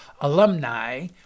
alumni